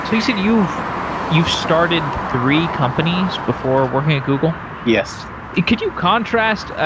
so you said you've you've started three companies before working at google? yes could you contrast? i